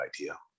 idea